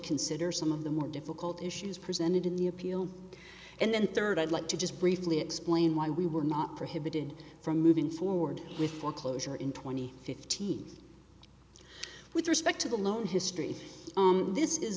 consider some of the more difficult issues presented in the appeal and then third i'd like to just briefly explain why we were not prohibited from moving forward with foreclosure in twenty fifty with respect to the loan history this is